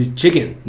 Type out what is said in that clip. chicken